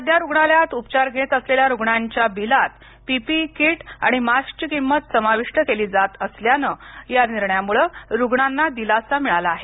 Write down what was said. सध्या रुग्णालयात उपचार घेत असलेल्या रुग्णांच्या बिलात पीपीई कीट आणि मास्कची किंमत समाविष्ट केली जात असल्यानं या निर्णयामुळं रुग्णांना दिलासा मिळाला आहे